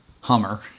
Hummer